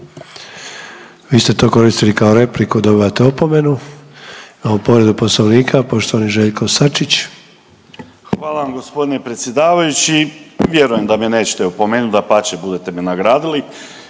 Vi ste to koristili kao repliku dobivate opomenu. Imamo povredu Poslovnika poštovani Željko Sačić. **Sačić, Željko (Hrvatski suverenisti)** Hvala vam gospodine predsjedavajući. Vjerujem da me nećete opomenuti, dapače budete me nagradili.